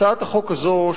הצעת החוק הזאת,